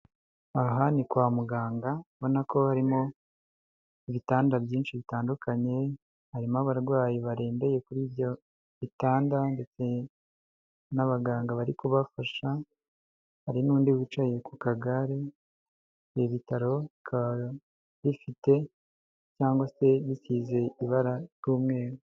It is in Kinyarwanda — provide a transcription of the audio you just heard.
Aha ni kwa muganga mbona ko harimo ibitanda byinshi bitandukanye harimo abarwayi barembeye kuri ibyo bitanda n'abaganga bari kubafasha, hari n'undi wicaye ku kagare ibi bitaro bikaba bifite cyangwa se bisize ibara ry'umweru.